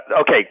Okay